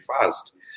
fast